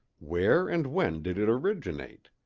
where and when did it originate?